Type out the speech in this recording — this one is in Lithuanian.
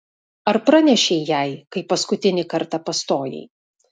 ar pranešei jai kai paskutinį kartą pastojai